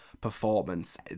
performance